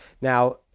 Now